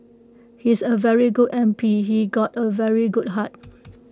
he's A very good M P he's got A very good heart